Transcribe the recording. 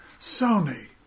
Sony